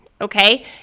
okay